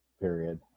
period